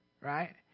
right